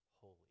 holy